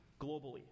globally